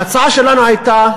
ההצעה שלנו הייתה,